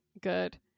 good